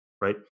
right